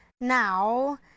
Now